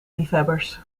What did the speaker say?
liefhebbers